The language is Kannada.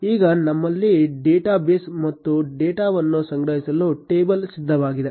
ಈಗ ನಮ್ಮಲ್ಲಿ ಡೇಟಾ ಬೇಸ್ ಮತ್ತು ಡೇಟಾವನ್ನು ಸಂಗ್ರಹಿಸಲು ಟೇಬಲ್ ಸಿದ್ಧವಾಗಿದೆ